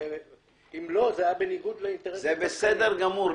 זה בסדר גמור.